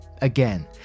Again